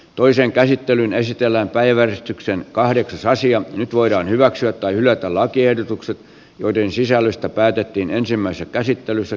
toisen käsittelyn esitellä päivän esityksen kahdeksas nyt voidaan hyväksyä tai hylätä lakiehdotukset joiden sisällöstä päätettiin ensimmäisessä käsittelyssä